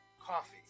Coffee